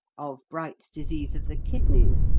of bright's disease of the kidneys.